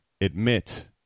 admit